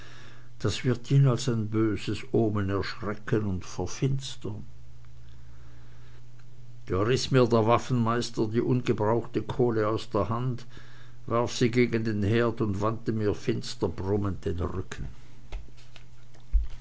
das wird ihn als ein böses omen erschrecken und verfinstern da riß mir der waffenmeister die ungebrauchte kohle aus der hand warf sie gegen den herd und wandte mir finster brummend den rücken